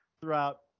throughout